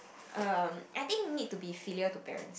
um I think need to be filial to parents